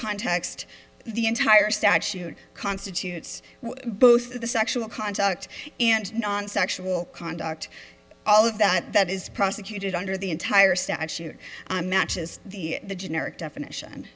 context the entire statute constitutes both the sexual contact and sexual conduct all of that is prosecuted under the entire statute matches the generic definition